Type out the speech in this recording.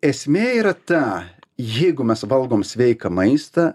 esmė yra ta jeigu mes valgom sveiką maistą